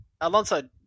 Alonso